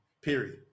period